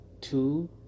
two